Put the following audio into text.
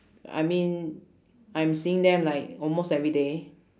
I mean I'm seeing them like almost everyday